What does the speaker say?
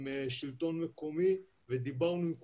עם שלטון מקומי ודיברנו עם כולם.